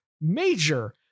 major